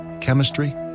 chemistry